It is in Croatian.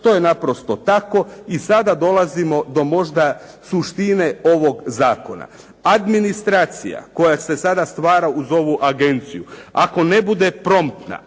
To je naprosto tako i sada dolazimo do možda suštine ovog zakona. Administracija koja se sada stvara uz ovu ageniciju, ako ne bude promptna,